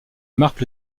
marque